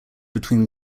between